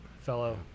fellow